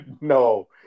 No